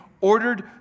ordered